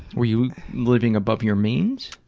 were you living above your means?